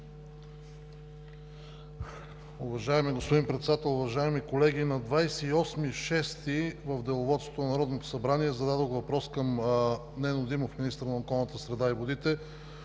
Уважаеми господин Председател, уважаеми колеги! На 28 юни в Деловодството на Народното събрание зададох въпрос към Нено Димов – министър на околната среда и водите,